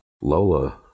Lola